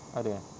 ada eh